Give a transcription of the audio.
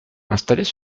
installés